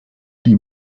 die